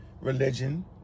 religion